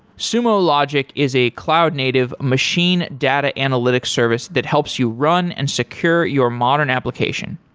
sumo logic is a cloud native machine data analytics service that helps you run and secure your modern application.